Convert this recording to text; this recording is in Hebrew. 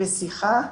בשיחה,